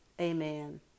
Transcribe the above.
Amen